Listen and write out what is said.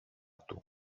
του